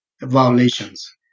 violations